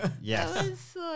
yes